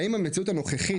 האם במציאות הנוכחית,